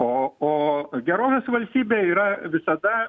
o o gerovės valstybė yra visada